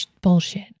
bullshit